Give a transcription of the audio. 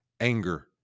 anger